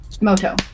Moto